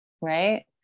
right